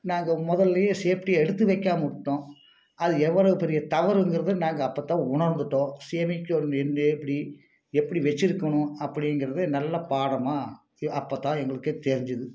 நாங்கள் முதல்லையே சேஃப்டியாக எடுத்து வைக்காமல் விட்டுட்டோம் அது எவ்வளவு பெரிய தவறுங்கிறதை நாங்கள் அப்போ தான் உணர்ந்துட்டோம் சேமிக்கணும் என்ன எப்படி எப்படி வச்சிருக்கணும் அப்படிங்கிறது நல்ல பாடமாக எ அப்போ தான் எங்களுக்கே தெரிஞ்சுது